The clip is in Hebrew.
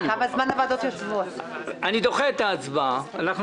באנו ואמרנו, ופה אני לוקח אחריות,